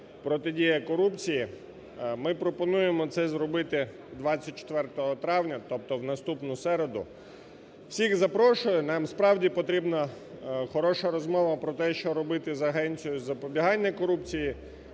протидія корупції. Ми пропонуємо це зробити 24 травня, тобто в наступну середу. Всіх запрошую, нам справді потрібна хороша розмова про те, що робити з агенцією запобігання корупції,